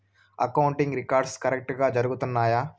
accounting records కరెక్టుగా జరుగుతున్నాయా